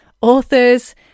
authors